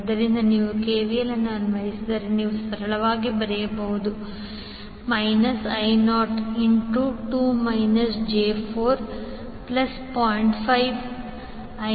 ಆದ್ದರಿಂದ ನೀವು ಕೆವಿಎಲ್ ಅನ್ನು ಅನ್ವಯಿಸಿದರೆ ನೀವು ಸರಳವಾಗಿ ಬರೆಯಬಹುದು I02 j40